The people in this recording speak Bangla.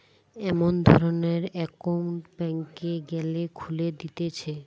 এমন ধরণের একউন্ট ব্যাংকে গ্যালে খুলে দিতেছে